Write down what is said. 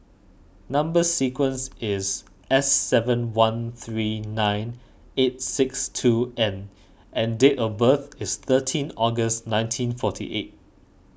Number Sequence is S seven one three nine eight six two N and date of birth is thirteen August nineteen forty eight